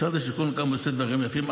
משרד השיכון עושה גם דברים יפים.